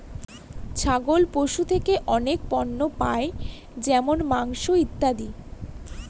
ছাগল পশু থেকে অনেক পণ্য পাই যেমন মাংস, ইত্যাদি